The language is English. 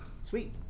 Sweet